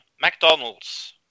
McDonald's